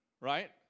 right